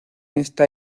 esta